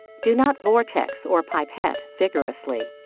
do not vortex or pipette vigorously.